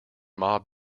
mob